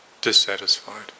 dissatisfied